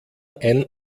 ein